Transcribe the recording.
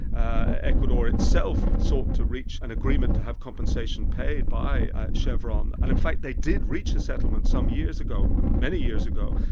ah ecuador itself sought to reach an agreement to have compensation paid by chevron, and in fact they did reach a settlement some years ago, many years ago,